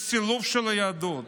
סילוף של היהדות,